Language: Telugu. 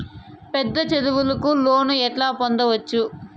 పెద్ద చదువులకు లోను ఎట్లా పొందొచ్చు